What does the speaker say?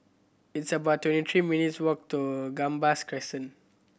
it's about twenty three minutes' walk to Gambas Crescent